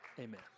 Amen